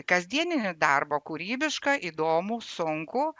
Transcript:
kasdieninį darbą kūrybišką įdomų sunkų